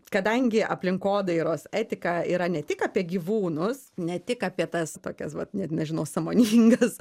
kadangi aplinkodairos etika yra ne tik apie gyvūnus ne tik apie tas tokias vat net nežinau sąmoningas